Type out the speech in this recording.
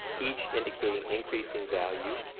each indicating increasing value.